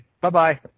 Bye-bye